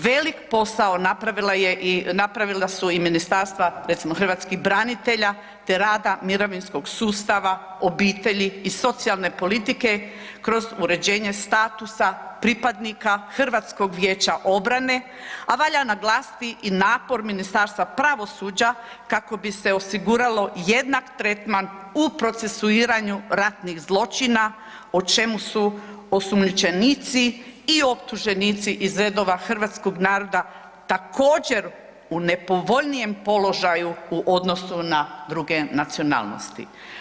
Velik posao napravila su i ministarstva recimo hrvatskih branitelja, te rada mirovinskog sustava, obitelji i socijalne politike kroz uređenje statusa pripadnika hrvatskog vijeća obrane, a valja naglasiti i napor Ministarstva pravosuđa kako bi se osiguralo jednak tretman u procesuiranju ratnih zločina u čemu su osumnjičenici i optuženici iz redova Hrvatskog naroda također u nepovoljnijem položaju u odnosu na druge nacionalnosti.